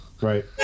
Right